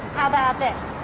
how about this?